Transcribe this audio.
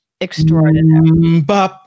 Extraordinary